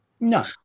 no